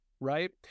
right